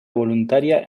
voluntaria